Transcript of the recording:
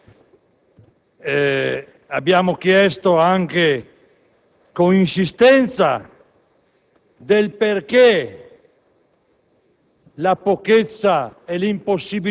spiegasse queste cose. Abbiamo chiesto anche con insistenza il perché